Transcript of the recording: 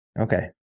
Okay